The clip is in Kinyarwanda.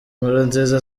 nkurunziza